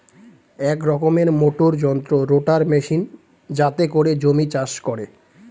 এক রকমের মোটর যন্ত্র রোটার মেশিন যাতে করে জমি চাষ করে